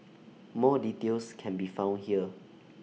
more details can be found here